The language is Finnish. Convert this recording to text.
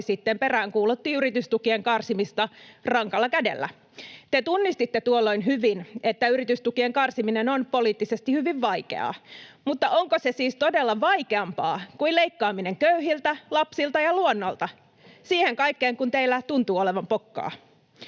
peräänkuulutti yritystukien karsimista rankalla kädellä. Te tunnistitte tuolloin hyvin, että yritystukien karsiminen on poliittisesti hyvin vaikeaa. Mutta onko se siis todella vaikeampaa kuin leikkaaminen köyhiltä, lapsilta ja luonnolta? Siihen kaikkeen kun teillä tuntuu olevan pokkaa.